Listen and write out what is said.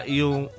yung